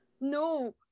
No